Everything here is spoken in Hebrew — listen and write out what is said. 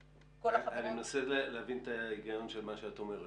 אני מנסה להבין את ההיגיון של מה שאת אומרת.